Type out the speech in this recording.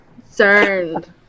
concerned